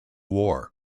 war